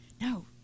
no